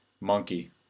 Monkey